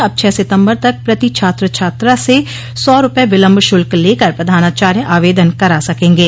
अब छह सितम्बर तक प्रति छात्र छात्रा से सौ रूपये विलम्ब शुल्क लेकर प्रधानाचार्य आवेदन करा सकेंगे